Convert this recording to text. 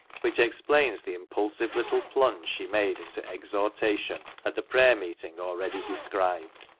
which explains the impulsive little plunge she made into exhortation at the prayer-meeting already described.